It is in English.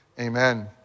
Amen